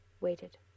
waited